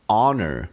honor